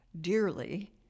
dearly